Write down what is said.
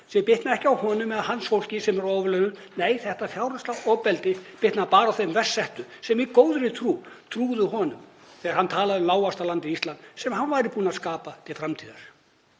sem bitna ekki á honum eða hans fólki sem er á ofurlaunum. Nei, þetta fjárhagslega ofbeldi bitnar bara á þeim verst settu sem í góðri trú trúðu honum þegar hann talaði um lágvaxtalandið Ísland sem hann væri búinn að skapa til framtíðar.